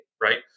right